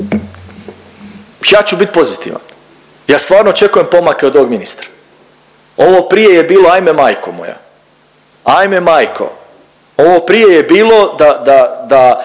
Ja ću bit pozitivan. Ja stvarno očekujem pomake od ovog ministra. Ovo prije je bilo ajme majko moja, ajme majko! Ovo prije je bilo da,